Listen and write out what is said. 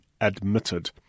admitted